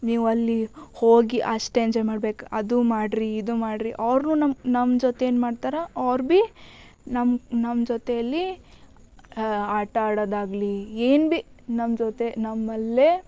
ನೀವಲ್ಲಿ ಹೋಗಿ ಅಷ್ಟು ಎಂಜಾಯ್ ಮಾಡ್ಬೇಕು ಅದು ಮಾಡ್ರಿ ಇದು ಮಾಡ್ರಿ ಅವ್ರುನು ನಮ್ಮ ನಮ್ಮ ಜೊತೆ ಏನ್ಮಾಡ್ತಾರೆ ಅವ್ರು ಬೀ ನಮ್ಮ ನಮ್ಮ ಜೊತೆಯಲ್ಲಿ ಆಟಾಡೊದಾಗಲಿ ಏನು ಬಿ ನಮ್ಮ ಜೊತೆ ನಮ್ಮಲ್ಲೇ